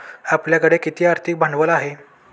आपल्याकडे किती आर्थिक भांडवल आहे?